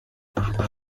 intara